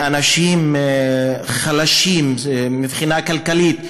אנשים חלשים מבחינה כלכלית,